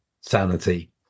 sanity